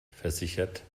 versichert